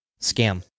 Scam